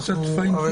הרי